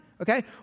okay